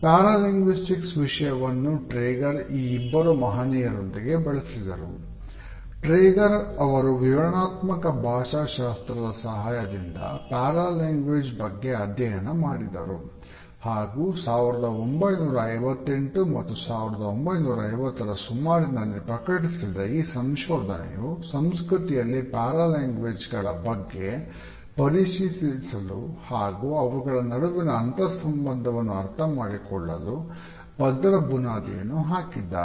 para linguistics ಬಗ್ಗೆ ಪರಿಶೀಲಿಸಲು ಹಾಗು ಅವುಗಳ ನಡುವಿನ ಅಂತರಸಂಬಂಧವನ್ನು ಅರ್ಥಮಾಡಿ ಕೊಳ್ಳಲು ಭದ್ರ ಬುನಾದಿಯನ್ನು ಹಾಕಿದ್ದಾರೆ